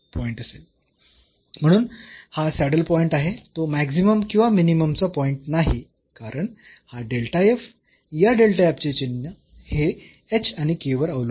म्हणून हा saddle point आहे तो मॅक्सिमम किंवा मिनिममचा पॉईंट नाही कारण हा या चे चिन्ह हे h आणि k वर अवलंबून आहे